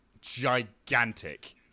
gigantic